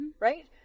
Right